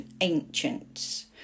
ancients